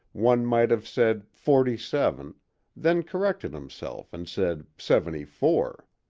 one might have said forty-seven, then corrected himself and said seventy-four.